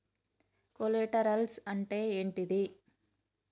Collaterals అంటే ఏంటిది?